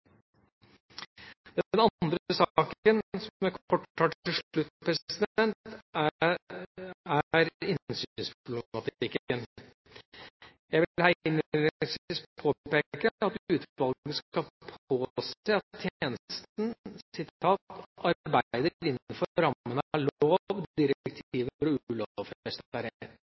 Den andre saken, som jeg kort tar til slutt, er innsynsproblematikken. Jeg vil her innledningsvis påpeke at utvalget skal påse at tjenesten «arbeider innenfor rammen av lov, direktiver og ulovfestet rett». Det er også merknader til slik aktivitet fra